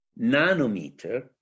nanometer